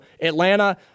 atlanta